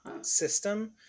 system